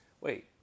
wait